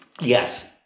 yes